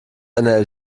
einer